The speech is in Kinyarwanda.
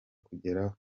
kugeraho